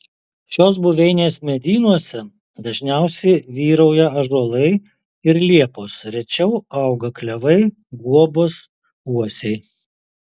šios buveinės medynuose dažniausiai vyrauja ąžuolai ir liepos rečiau auga klevai guobos uosiai